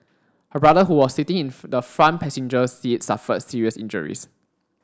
her brother who was sitting in the front passenger seat suffered serious injuries